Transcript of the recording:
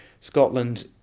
Scotland